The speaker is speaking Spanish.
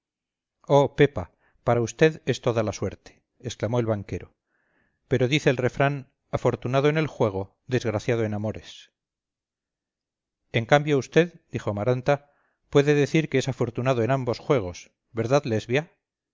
pepa para vd es toda la suerte exclamó el banquero pero dice el refrán afortunado en el juego desgraciado en amores en cambio vd dijo amaranta puede decir que es afortunado en ambos juegos verdad lesbia